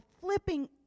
flipping